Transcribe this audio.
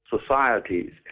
Societies